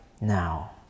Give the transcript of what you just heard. now